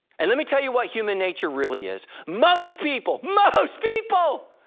and let me tell you what human nature really is, most people, most people,